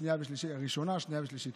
לקריאה ראשונה, שנייה ושלישית.